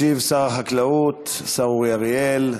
ישיב שר החקלאות, השר אורי אריאל.